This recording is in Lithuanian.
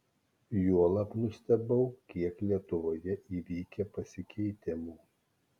juolab nustebau kiek lietuvoje įvykę pasikeitimų